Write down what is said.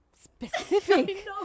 specific